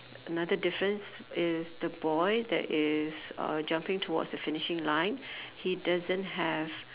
another difference is the boy that is uh jumping towards the finishing line he doesn't have